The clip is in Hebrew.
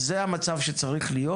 אז זה המצב שצריך להיות?